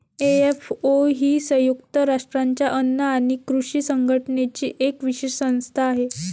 FAO ही संयुक्त राष्ट्रांच्या अन्न आणि कृषी संघटनेची एक विशेष संस्था आहे